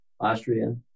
Austria